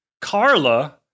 Carla